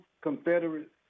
Confederates